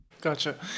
Gotcha